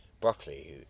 Broccoli